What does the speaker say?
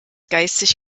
geistig